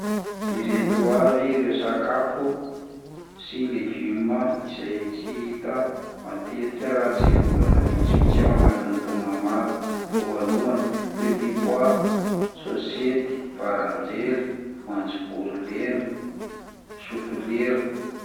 Ireto avy ireo sakafo sy legioma izay tsy hita matetika raha tsy volana vitsivitsy ao anatin'ny taona maro: voalohany petit pois, sôsety, baranjely, voanjobory lena, soflera.